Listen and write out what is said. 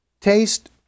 taste